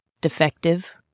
defective